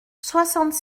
soixante